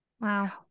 Wow